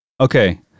okay